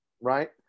Right